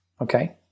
Okay